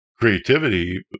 Creativity